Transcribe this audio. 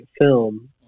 film